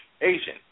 Asian